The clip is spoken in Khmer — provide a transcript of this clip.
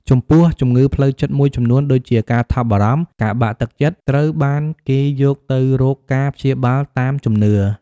ចំពោះជំងឺផ្លូវចិត្តមួយចំនួនដូចជា ការថប់បារម្ភ ការបាក់ទឹកចិត្ត ត្រូវបានគេយកទៅរកការព្យាបាលតាមជំនឿ។